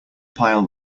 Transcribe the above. pile